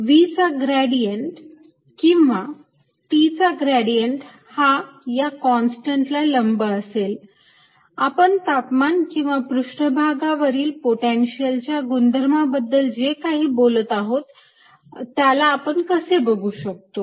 V चा gradient किंवा T चा ग्रेडियंट हा या कॉन्स्टंट ला लंब असेल आपण तापमान किंवा पृष्ठभागावरील पोटेन्शियल च्या गुणधर्माबद्दल जे काही बोलत आहोत त्याला आपण कसे बघु शकतो